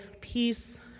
peace